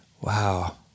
Wow